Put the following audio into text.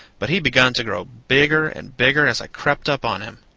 but he begun to grow bigger and bigger as i crept up on him.